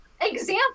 example